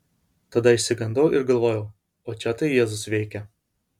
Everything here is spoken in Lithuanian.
tada išsigandau ir galvojau o čia tai jėzus veikia